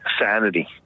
sanity